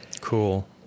Cool